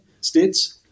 states